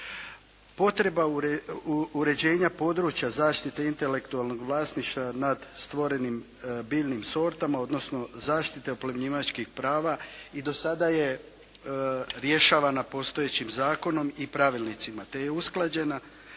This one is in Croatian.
Potreba uređenja područja zaštite intelektualnog vlasništva nad stvorenim biljnim sortama odnosno zaštita oplemenjivačkih prava i do sada je rješavana postojećim zakonom i pravilnicima te je usklađena